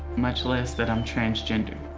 much less that i'm transgender.